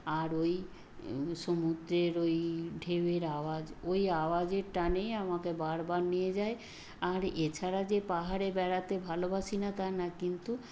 আর ওই সমুদ্রের ওই ঢেউয়ের আওয়াজ ওই আওয়াজের টানেই আমাকে বারবার নিয়ে যায় আর এছাড়া যে পাহাড়ে বেড়াতে ভালোবাসি না তা না কিন্তু